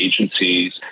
agencies